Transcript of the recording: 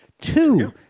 two